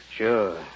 Sure